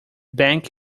bank